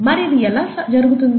మరి ఇది ఎలా జరుగుతుంది